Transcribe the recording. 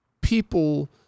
people